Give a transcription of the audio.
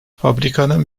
fabrikanın